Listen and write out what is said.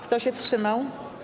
Kto się wstrzymał?